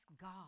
God